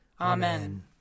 Amen